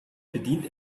bediente